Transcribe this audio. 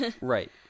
Right